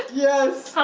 yes,